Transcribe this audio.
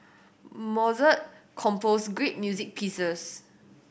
Mozart composed great music pieces